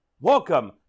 Welcome